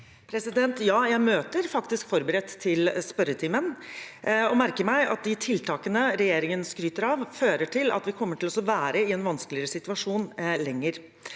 Jeg møter fakt- isk forberedt til spørretimen, og jeg merker meg at de tiltakene regjeringen skryter av, fører til at vi kommer til å være i en vanskeligere situasjon lenger.